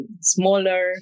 smaller